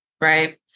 Right